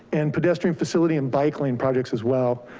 and pedestrian facility and bike lane projects as well.